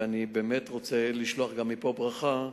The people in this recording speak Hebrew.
ואני באמת רוצה לשלוח גם מפה ברכה,